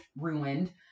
ruined